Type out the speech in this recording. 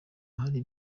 hari